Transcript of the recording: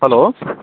hello